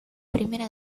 primera